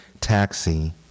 taxi